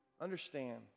understand